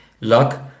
luck